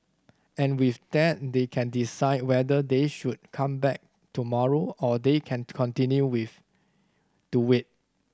and with that they can decide whether they should come back tomorrow or they can continue with to wait